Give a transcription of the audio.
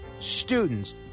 students